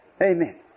Amen